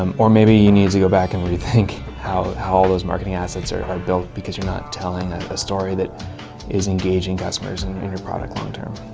um or maybe you need to go back and rethink how how all those marketing assets are built, because you're not telling a story that is engaging customers and in your product long term.